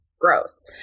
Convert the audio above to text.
gross